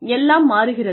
எல்லாம் மாறுகிறது